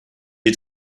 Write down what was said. had